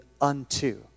unto